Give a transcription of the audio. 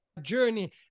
journey